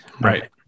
right